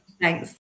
Thanks